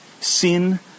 Sin